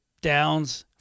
downs